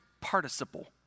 participle